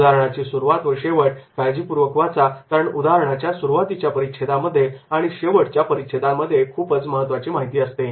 उदाहरणाची सुरुवात आणि शेवट काळजीपूर्वक वाचा कारण उदाहरणाच्या सुरुवातीच्या परिच्छेदामध्ये आणि शेवटच्या परिच्छेदांमध्ये खूपच महत्त्वाची माहिती असते